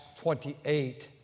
28